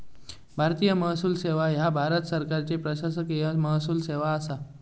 भारतीय महसूल सेवा ह्या भारत सरकारची प्रशासकीय महसूल सेवा असा